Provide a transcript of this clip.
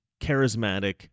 charismatic